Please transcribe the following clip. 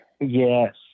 Yes